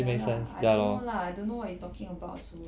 ya lah I don't know lah I don't know what you talking about also